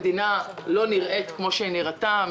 המדינה לא נראית כמו שהיא נראתה.